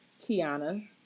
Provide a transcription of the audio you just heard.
Kiana